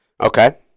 Okay